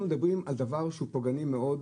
אנחנו מדברים על דבר שהוא פוגעני מאוד,